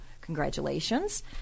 congratulations